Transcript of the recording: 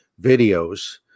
videos